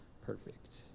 perfect